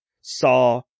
saw